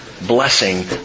blessing